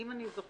אם אני זוכרת